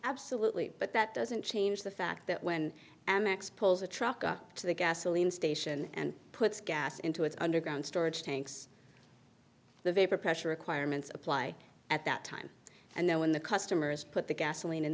absolutely but that doesn't change the fact that when amex pulls a truck up to the gasoline station and puts gas into its underground storage tanks the vapor pressure requirements apply at that time and then when the customers put the gasoline